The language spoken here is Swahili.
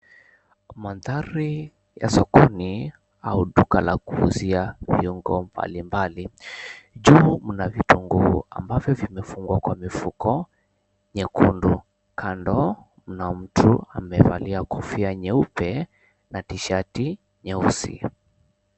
Maandhari ya sokoni au duka la kuuzia viungo mbalimbali. Juu mna vitunguu ambavyo vimefungwa kwa mifuko nyekundu, kando kuna mtu amevalia kofia nyeupe na tishati nyeusi .